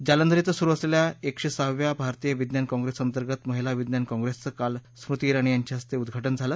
जालंधर इथं सुरु असलेल्या एकशे सहाव्या भारतीय विज्ञान काँप्रेसअंतर्गत महिला विज्ञान काँप्रेसचं काल स्मृती इराणी यांच्या हस्ते उद्घाटन झालं